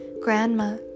Grandma